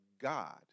God